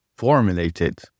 formulated